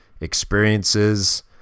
experiences